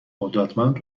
قدرتمند